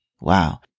Wow